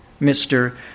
Mr